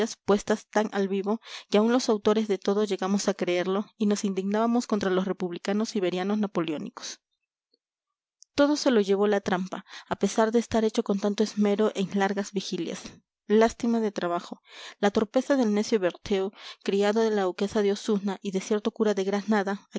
puestas tan al vivo que aún los autores de todo llegamos a creerlo y nos indignábamos contra los republicanos iberianos napoleónicos todo se lo llevó la trampa a pesar de estar hecho con tanto esmero en largas vigilias lástima de trabajo la torpeza del necio berteau criado de la duquesa de osuna y de cierto cura de granada